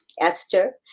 Esther